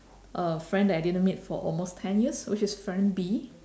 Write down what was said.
a friend that I didn't meet for almost ten years which is friend B